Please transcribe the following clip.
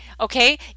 okay